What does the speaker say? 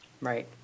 Right